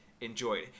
enjoyed